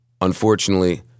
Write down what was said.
Unfortunately